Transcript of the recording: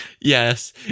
Yes